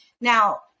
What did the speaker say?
Now